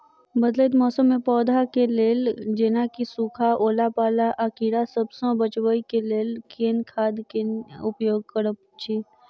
बदलैत मौसम मे पौधा केँ लेल जेना की सुखा, ओला पाला, आ कीड़ा सबसँ बचबई केँ लेल केँ खाद केँ उपयोग करऽ छी?